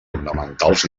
ornamentals